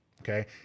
Okay